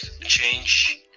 change